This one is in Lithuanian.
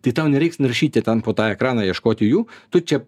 tai tau nereiks naršyti ten po tą ekraną ieškoti jų tu čia